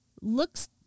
looks